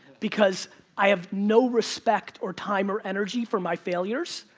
because i have no respect, or time, or energy for my failures,